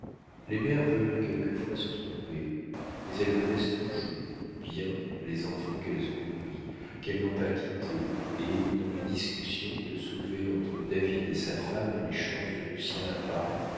les mères veulent quelquefois se tromper mais elles connaissent toujours bien les enfants qu'elles ont nourris qu'elles n'ont pas quittés et dans les discussions que soulevaient entre david et sa femme les chances de lucien à paris